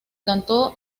cantó